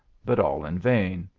but all in vain.